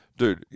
Dude